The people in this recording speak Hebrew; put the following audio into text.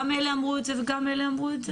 גם אלה אמרו את זה וגם אלה אמרו את זה?